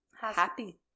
happy